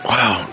Wow